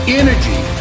energy